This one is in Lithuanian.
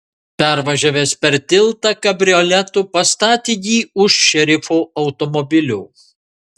pervažiavęs per tiltą kabrioletu pastatė jį už šerifo automobilio